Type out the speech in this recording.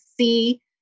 see